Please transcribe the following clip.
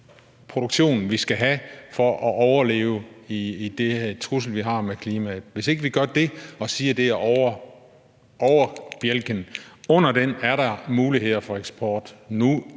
produktion, vi skal have for at overleve i den trussel, vi har med klimaet, og sige, at det er overbjælken. Under den er der muligheder for eksport nu,